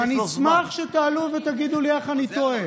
ואני אשמח שתעלו ותגידו לי איך אני טועה.